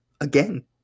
again